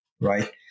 right